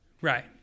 Right